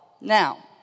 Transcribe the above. Now